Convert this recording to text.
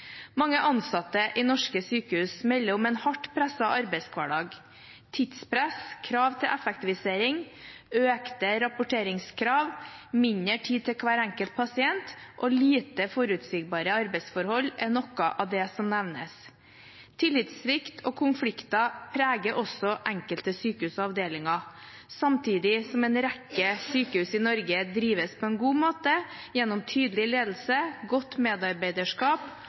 Mange ansatte i norske sykehus melder om en hardt presset arbeidshverdag. Tidspress, krav til effektivisering, økte rapporteringskrav, mindre tid til hver enkelt pasient og lite forutsigbare arbeidsforhold er noe av det som nevnes. Tillitssvikt og konflikter preger også enkelte sykehus og avdelinger, samtidig som en rekke sykehus i Norge drives på en god måte gjennom tydelig ledelse, godt medarbeiderskap